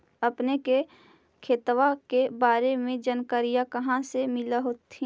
अपने के खेतबा के बारे मे जनकरीया कही से मिल होथिं न?